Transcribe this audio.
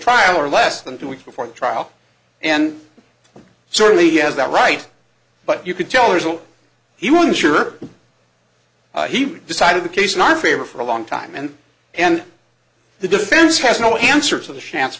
trial or less than two weeks before the trial and certainly has that right but you could tell original he wasn't sure he decided the case in our favor for a long time and and the defense has no answer to the scha